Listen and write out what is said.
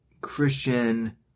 Christian